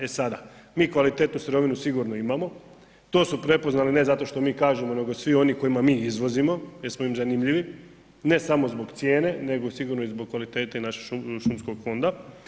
E sada, mi kvalitetnu sirovinu sigurno imamo, to su prepoznali ne zato što mi kažemo nego i svi oni kojima mi izvozimo jer smo im zanimljivi, ne samo zbog cijene nego sigurno i zbog kvalitete i našeg šumskog fonda.